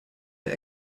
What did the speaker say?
der